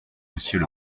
monsieur